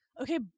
okay